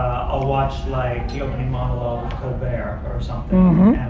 i'll watch, like, the opening monologue of colbert or something, and